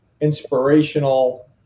inspirational